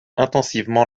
intensivement